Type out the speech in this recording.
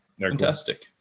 Fantastic